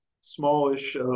smallish